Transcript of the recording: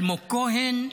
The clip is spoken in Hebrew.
אלמוג כהן,